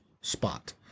spot